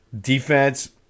Defense